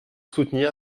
soutenir